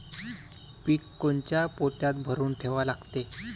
पीक कोनच्या पोत्यात भरून ठेवा लागते?